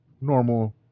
Normal